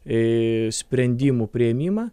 į sprendimų priėmimą